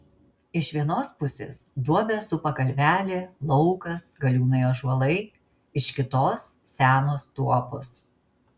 iš vienos pusės duobę supa kalvelė laukas galiūnai ąžuolai iš kitos senos tuopos